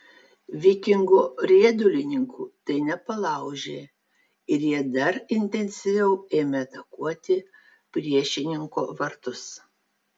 vikingo riedulininkų tai nepalaužė ir jie dar intensyviau ėmė atakuoti priešininko vartus